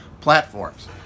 platforms